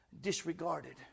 disregarded